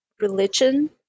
religion